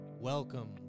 Welcome